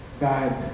God